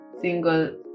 single